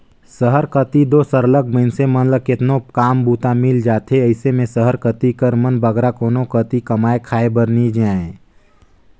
सहर कती दो सरलग मइनसे मन ल केतनो काम बूता मिल जाथे अइसे में सहर कती कर मन बगरा कोनो कती कमाए खाए बर नी जांए